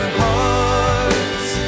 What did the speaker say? hearts